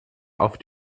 auf